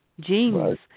genes